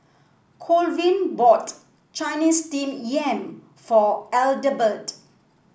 Colvin bought Chinese Steamed Yam for Adelbert